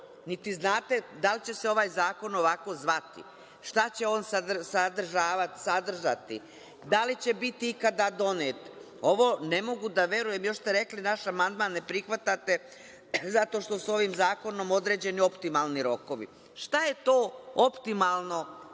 Niti znate da li će se ovaj zakon ovako zvati, šta će on sadržati, da li će biti ikada donet. Ovo ne mogu da verujem, još ste rekli da naš amandman ne prihvatate zato što su ovim zakonom određeni optimalni rokovi. Šta je to optimalno